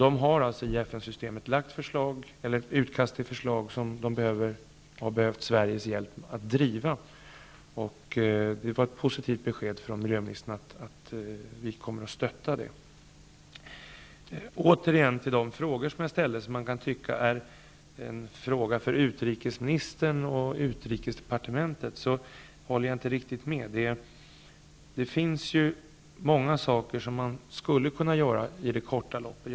Man har alltså i FN-systemet lagt fram utkast till förslag som man har behövt Sveriges hjälp att driva. Det var ett positivt besked från miljöministern att vi kommer att stötta detta. Åter till de frågor som jag ställde, som man kan tycka är frågor för utrikesministern och utrikesdepartementet. Jag håller inte riktigt med om det. Det finns många saker som man skulle kunna göra i det korta loppet.